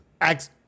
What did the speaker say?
acts